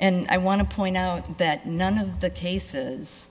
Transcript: and i want to point out that none of the cases